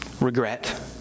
regret